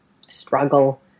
struggle